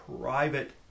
private